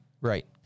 Right